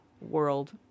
world